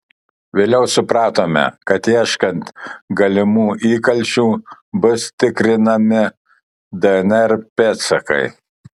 vėliau supratome kad ieškant galimų įkalčių bus tikrinami dnr pėdsakai